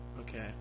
Okay